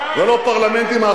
ולא בפרלמנטים אחרים באזור.